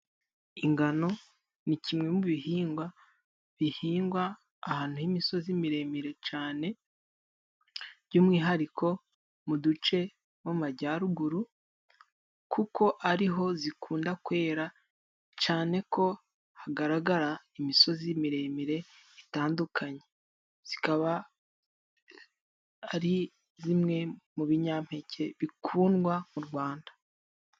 Ingano ni kimwe mu bihingwa bihingwa ahantu h'imisozi miremire cyane, by'umwihariko mu duce two mu majyaruguru, kuko ariho zikunda kwera cyane kuko hagaragara imisozi miremire itandukanye. Zikaba ari zimwe mu binyampeke bikundwa mu Rwanda.